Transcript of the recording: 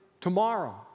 tomorrow